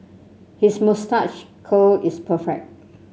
his moustache curl is perfect